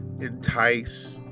Entice